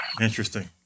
Interesting